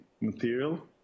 material